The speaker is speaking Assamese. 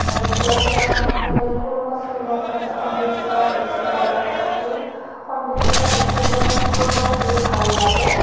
আৰু ফুলৰ ক্ষেত্ৰত আমাক ফুলে ফুল গছে আচলতে সৌন্দৰ্যতা বৃদ্ধি কৰে আৰু এই সৌন্দৰ্যতা বৃদ্ধিৰ বাবে মোৰ ফুল গছ ৰুই ভাল লাগে